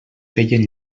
feien